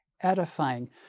edifying